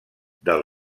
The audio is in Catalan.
del